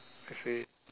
you see